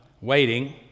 waiting